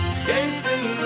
skating